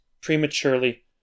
prematurely